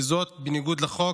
וזאת בניגוד לחוק,